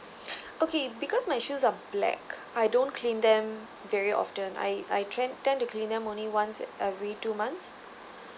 okay because my shoes are black I don't clean them very often I I trend tend to clean them only once every two months